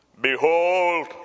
Behold